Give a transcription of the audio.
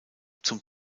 zum